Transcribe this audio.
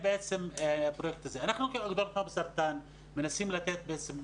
אנחנו כאגודה למלחמה בסרטן מנסים לתת,